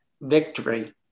victory